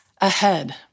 ahead